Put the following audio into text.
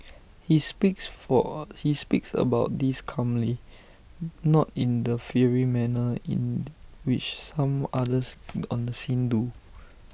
he speaks for he speaks about this calmly not in the fiery manner in which some others on the scene do